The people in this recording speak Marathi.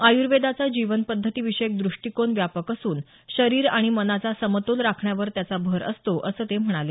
आयूर्वेदाचा जीवनपद्धती विषयक दुष्टीकोन व्यापक असून शरीर आणि मनाचा समतोल राखण्यावर त्याचा भर असतो असं ते म्हणाले